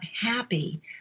happy